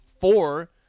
Four